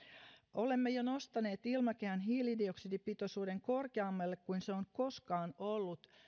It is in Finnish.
olemme jo nostaneet ilmakehän hiilidioksidipitoisuuden korkeammalle kuin se on koskaan ollut